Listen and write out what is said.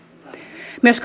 myös